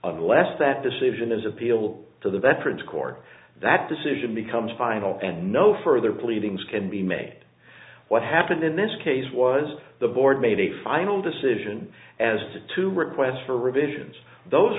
unless that decision is appeal to the veterans court that decision becomes final and no further pleadings can be made what happened in this case was the board made a final decision as to requests for revisions those